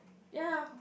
ya